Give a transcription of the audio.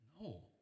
No